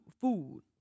food